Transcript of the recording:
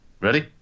ready